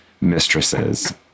Mistresses